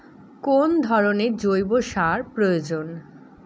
কোন ধরণের জৈব সার প্রয়োজন?